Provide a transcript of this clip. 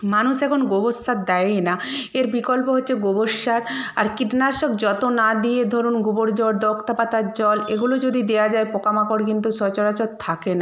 মানুষ এখন গোবর সার দেয়ই না এর বিকল্প হচ্ছে গোবর সার আর কীটনাশক যত না দিয়ে ধরুন গোবর জল দোক্তা পাতার জল এগুলো যদি দেওয়া যায় পোকামাকড় কিন্তু সচরাচর থাকে না